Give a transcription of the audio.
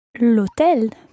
L'hôtel